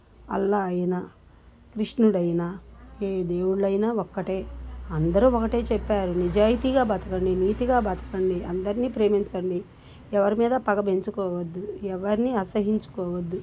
అల్లా అయినా కృష్ణుడైన ఏ దేవుళ్ళయినా ఒక్కటే అందరూ ఒకటే చెప్పారు నిజాయితీగా బతకండి నీతిగా బతకండి అందరిని ప్రేమించండి ఎవరి మీద పగ పెంచుకోవద్దు ఎవరిని అసహ్యించుకోవద్దు